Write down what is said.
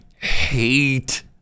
hate